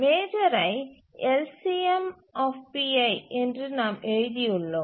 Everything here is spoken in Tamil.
மேஜரை LCM என்று நாம் எழுதியுள்ளோம்